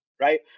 right